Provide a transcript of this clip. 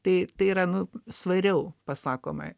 tai tai yra nu svariau pasakome